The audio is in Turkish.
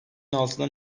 altıdan